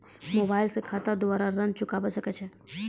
Mobile से खाता द्वारा ऋण चुकाबै सकय छियै?